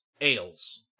ales